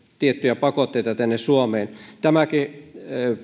tiettyjä pakotteita tänne suomeen tämäkin